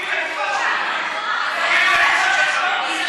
מה, מה, תגיבי לגופם של דברים.